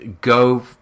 go